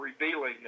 revealing